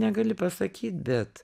negali pasakyt bet